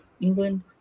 England